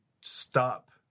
stop